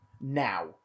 Now